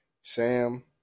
Sam